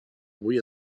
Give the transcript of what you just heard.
avui